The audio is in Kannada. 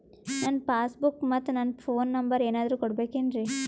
ನನ್ನ ಪಾಸ್ ಬುಕ್ ಮತ್ ನನ್ನ ಫೋನ್ ನಂಬರ್ ಏನಾದ್ರು ಕೊಡಬೇಕೆನ್ರಿ?